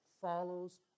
follows